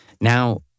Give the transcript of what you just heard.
Now